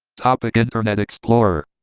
topic internet explorer,